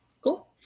Cool